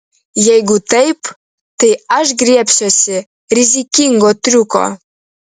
jeigu taip tai aš griebsiuosi rizikingo triuko